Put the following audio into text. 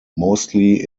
mostly